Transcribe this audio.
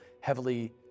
heavily